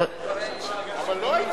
בוודאי.